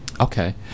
Okay